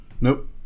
Nope